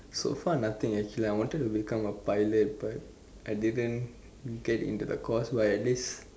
so far nothing actually I wanted to become a pilot but I didn't get into the course but at least